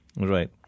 Right